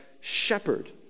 shepherd